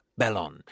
Bellon